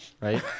right